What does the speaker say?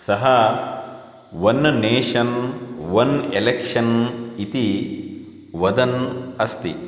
सः one nation one election इति वदन् अस्ति